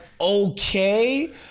okay